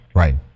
right